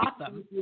awesome